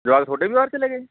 ਜਵਾਕ ਤੁਹਾਡੇ ਵੀ ਬਾਹਰ ਚਲੇ ਗਏ